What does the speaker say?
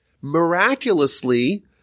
Miraculously